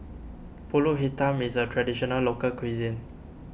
Pulut Hitam is a Traditional Local Cuisine